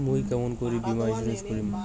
মুই কেমন করি বীমা ইন্সুরেন্স করিম?